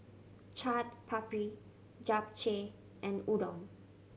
Chaat Papri Japchae and Udon